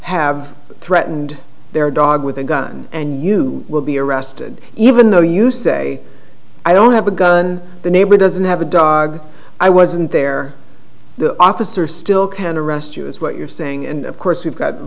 have threatened their dog with a gun and you will be arrested even though you say i don't have a gun the neighbor doesn't have a dog i wasn't there the officer still can't arrest you is what you're saying and of course we've got a